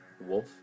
wolf